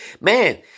Man